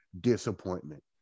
disappointment